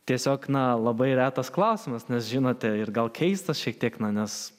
tiesiog na labai retas klausimas nes žinote ir gal keistas šiek tiek na nes